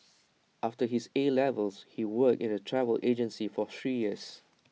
after his A levels he worked in A travel agency for three years